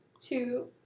two